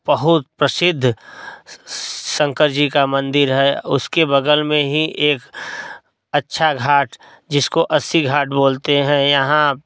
बहुत प्रसिद्ध शंकर जी का मंदिर है उसके बगल में हीं एक अच्छा घाट जिसको अस्सी घाट बोलते हैं यहाँ